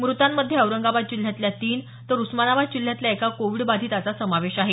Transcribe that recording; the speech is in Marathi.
मृतांमध्ये औरंगाबाद जिल्ह्यातल्या तीन तर उस्मानाबाद जिल्ह्यातल्या एका कोविड बाधिताचा समावेश आहे